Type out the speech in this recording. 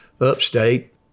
upstate